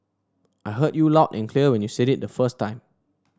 I heard you loud and clear when you said it the first time